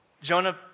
Jonah